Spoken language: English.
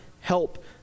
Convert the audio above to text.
help